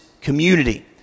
community